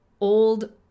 old